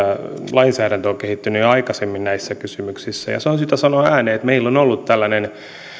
lainsäädäntö on kehittynyt jo aikaisemmin näissä kysymyksissä on syytä sanoa ääneen että meillä on ollut tällainen